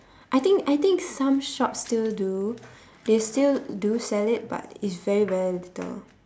I think I think some shops still do they still do sell it but it's very very little